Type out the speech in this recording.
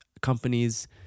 companies